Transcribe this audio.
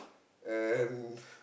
and